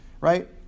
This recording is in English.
right